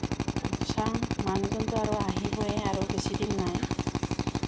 চাওঁ মানুহজনটো আৰু আহিবই আৰু বেছিদিন নাই